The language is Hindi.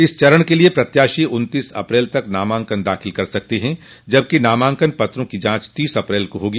इस चरण के लिये प्रत्याशी उन्तीस अप्रैल तक नामांकन दाखिल कर सकत हैं जबकि नामांकन पत्रों की जांच तीस अप्रैल को होगी